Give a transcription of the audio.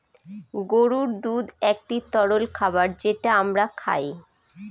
গরুর দুধ একটি তরল খাবার যেটা আমরা খায়